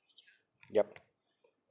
yup